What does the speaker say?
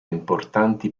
importanti